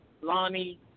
Lonnie